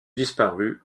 disparu